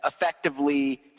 effectively